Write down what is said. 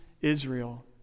Israel